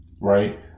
right